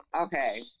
okay